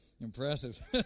Impressive